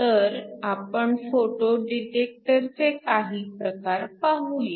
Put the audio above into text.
तर आपण फोटो डिटेक्टरचे काही प्रकार पाहूया